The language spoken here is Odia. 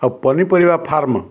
ଆଉ ପନିପରିବା ଫାର୍ମ